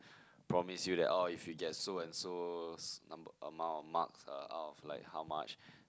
promise you that oh if you get so and so s~ number amount of marks uh out of like how much